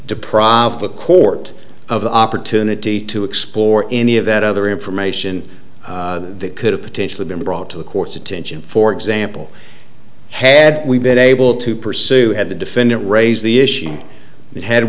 deprive the court of opportunity to explore any of that other information that could have potentially been brought to the court's attention for example had we been able to pursue had the defendant raise the issue tha